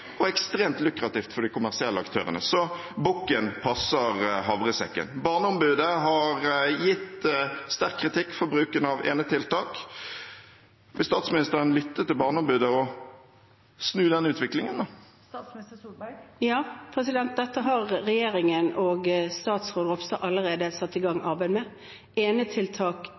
og ekstremt lukrativt for de kommersielle aktørene. Så bukken passer havresekken. Barneombudet har gitt sterk kritikk for bruken av enetiltak. Vil statsministeren lytte til Barneombudet og snu den utviklingen? Ja, dette har regjeringen og statsråd Ropstad allerede satt i gang et arbeid med.